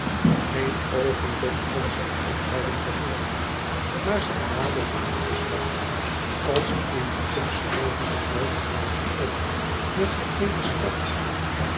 geen oogenblik kon zij ophouden te groeten maar zij naderde nu de stad als coulissen schoven de oude huizen op de geheele stad